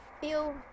feel